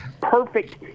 perfect